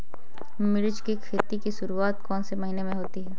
मिर्च की खेती की शुरूआत कौन से महीने में होती है?